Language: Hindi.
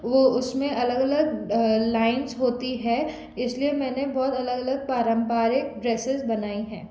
और उस में वो अलग अलग लाइन्स होती है इस लिए मैंने बहुत अलग अलग पारंपरिक ड्रेसेस बनाई हैं